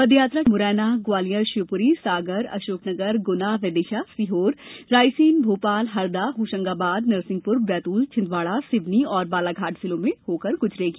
पदयात्रा के मुरैना ग्वालियर शिवप्री सागर अशोकनगर ग्रना विदिशा सीहोर रायसेन भोपाल हरदा होशंगाबाद नरसिंहपुर बैतूल छिंदवाड़ा सिवनी और बालाघाट जिलों से गुजरेगी